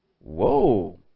Whoa